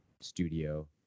studio